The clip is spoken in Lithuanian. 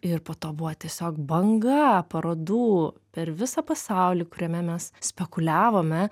ir po to buvo tiesiog banga parodų per visą pasaulį kuriame mes spekuliavome